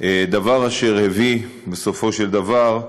דבר אשר הביא, בסופו של דבר,